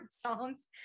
songs